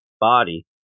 body